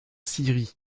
syrie